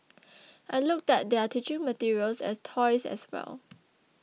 I looked at their teaching materials and toys as well